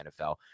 NFL